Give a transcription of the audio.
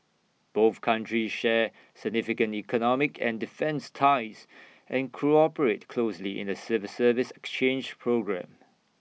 both countries share significant economic and defence ties and cooperate closely in A civil service exchange programme